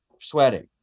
sweating